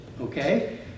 okay